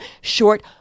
short